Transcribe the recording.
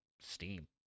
steam